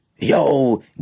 Yo